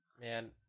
Man